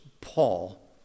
Paul